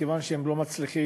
מכיוון שהם לא מצליחים